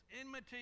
enmity